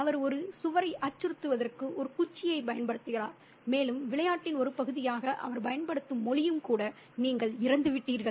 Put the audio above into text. அவர் ஒரு சுவரை அச்சுறுத்துவதற்கு ஒரு குச்சியைப் பயன்படுத்துகிறார் மேலும் விளையாட்டின் ஒரு பகுதியாக அவர் பயன்படுத்தும் மொழியும் கூட நீங்கள் இறந்துவிட்டீர்கள்